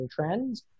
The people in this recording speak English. trends